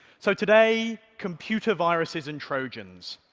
so today, computer viruses and trojans,